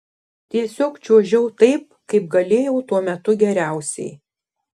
tiesiog čiuožiau taip kaip galėjau tuo metu geriausiai